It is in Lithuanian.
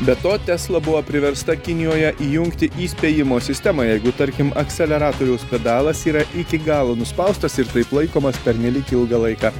be to tesla buvo priversta kinijoje įjungti įspėjimo sistemą jeigu tarkim akseleratoriaus pedalas yra iki galo nuspaustas ir taip laikomas pernelyg ilgą laiką